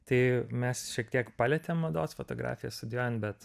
tai mes šiek tiek palietėm mados fotografiją studijuojant bet